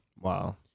Wow